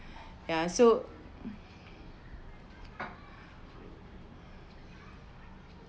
ya so